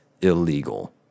illegal